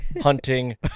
hunting